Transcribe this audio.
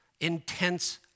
Intense